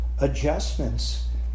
adjustments